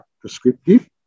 prescriptive